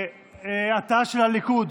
התא של הליכוד.